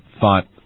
thought